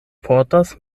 portas